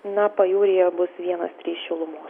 na pajūryje bus vienas trys šilumos